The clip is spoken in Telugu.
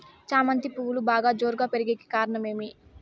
చామంతి పువ్వులు బాగా జోరుగా పెరిగేకి కారణం ఏమి?